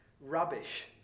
rubbish